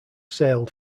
sailed